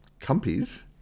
Compies